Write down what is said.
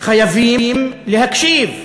חייבים להקשיב.